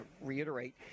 reiterate